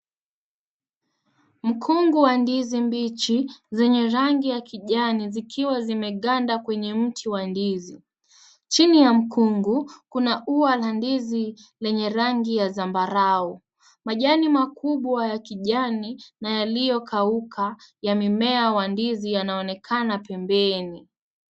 Mkungu wa ndizi mbichi zenye rangi ya kijani zikiwa zimeganda kwenye mti wa ndizi. Chini ya mkungu kuna ua la ndizi lenye rangi ya zambarau. Majani makubwa ya kijani na yaliyokauka ya mimea wa ndizi yanonekana pembeni.